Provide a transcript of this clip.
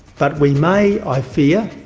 but we may, i fear,